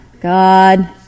God